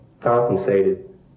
compensated